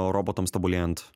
robotams tobulėjant